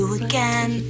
again